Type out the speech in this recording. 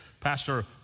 Pastor